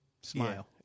smile